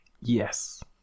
Yes